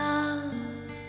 Love